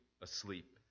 asleep